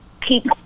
keep